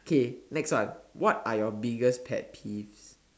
okay next one what are your biggest pet peeves